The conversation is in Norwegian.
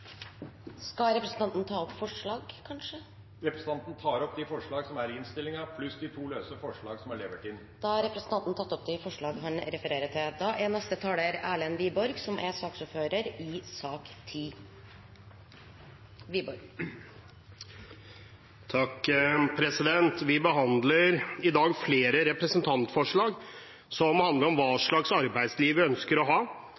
Skal representanten ta opp forslag? Representanten tar opp forslaget fra Senterpartiet og Sosialistisk Venstreparti i sak nr. 10 pluss de to løse forslagene som er levert inn til sak nr. 9. Da har representanten Per Olaf Lundteigen tatt opp de forslagene han refererte til. Vi behandler i dag flere representantforslag som